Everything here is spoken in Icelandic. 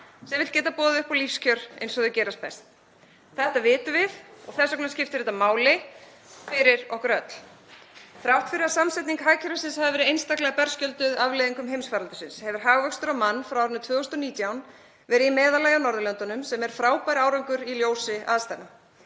sem vill geta boðið upp á lífskjör eins og þau gerast best. Þetta vitum við og þess vegna skiptir þetta máli fyrir okkur öll. Þrátt fyrir að samsetning hagkerfisins hafi verið einstaklega berskjölduð fyrir afleiðingum heimsfaraldursins hefur hagvöxtur á mann frá árinu 2019 verið í meðallagi á Norðurlöndunum sem er frábær árangur í ljósi aðstæðna.